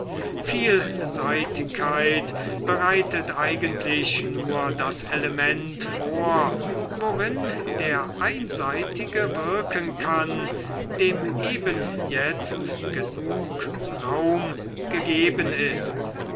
vielseitigkeit bereitet eigentlich nur das element vor worin der einseitige wirken kann dem eben jetzt genug raum gegeben ist